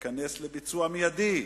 שתיכנס לביצוע מיידי.